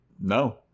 no